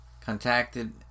contacted